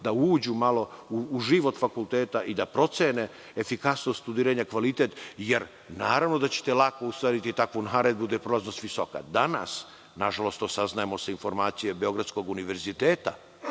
da uđu malo u život fakulteta i da procene efikasnost studiranja, kvalitet. Naravno, da ćete lako ustrojiti takvu naredbu, gde je prolaznost visoka. Danas, nažalost to saznajemo sa informacije Beogradskog univerziteta,